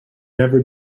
never